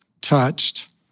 touched